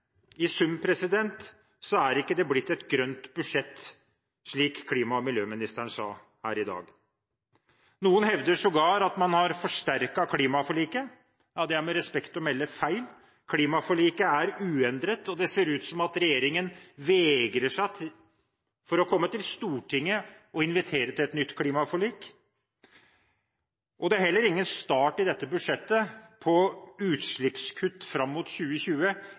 i sum er det ikke blitt et grønt budsjett, slik klima- og miljøministeren sa her i dag. Noen hevder sågar at man har forsterket klimaforliket. Det er med respekt å melde feil. Klimaforliket er uendret, og det ser ut som regjeringen vegrer seg for å komme til Stortinget og invitere til et nytt klimaforlik. I dette budsjettet er det heller ingen start på utslippskutt fram mot 2020